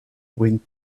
went